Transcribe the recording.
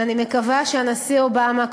אני מקווה שהנשיא אובמה,